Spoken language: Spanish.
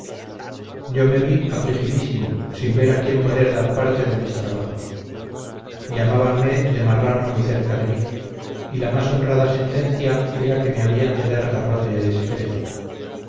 yo me vi afligidísimo sin ver a quién poder dar parte de mis trabajos llamabanme de marrano muy cerca de mí y la más honrada sentencia era que me habían de dar garrote de secreto